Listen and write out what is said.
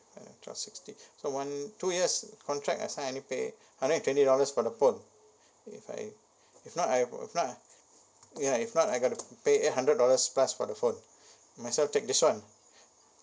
five twelve sixty so one two years contract I sign only pay hundred and twenty dollars for the phone if I if not I if not ya if not I got to pay eight hundred dollars plus for the phone my as well take this one